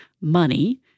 money